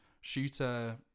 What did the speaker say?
shooter